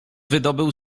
wydobył